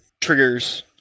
triggers